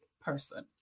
person